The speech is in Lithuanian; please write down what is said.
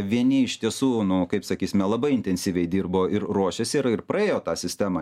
vieni iš tiesų nu kaip sakysime labai intensyviai dirbo ir ruošėsi ir ir praėjo tą sistemą